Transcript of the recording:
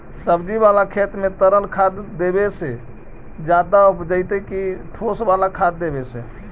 सब्जी बाला खेत में तरल खाद देवे से ज्यादा उपजतै कि ठोस वाला खाद देवे से?